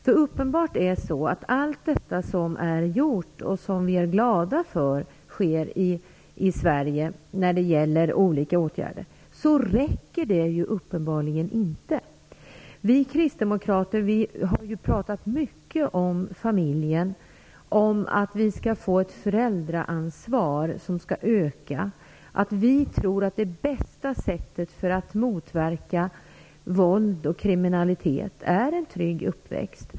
Vi är glada för allt detta som har gjorts i Sverige. Men det räcker uppenbarligen inte. Vi kristdemokrater har talat mycket om familjen, om ett utökat föräldraansvar. Vi tror att det bästa sättet för att motverka våld och kriminalitet är en trygg uppväxt.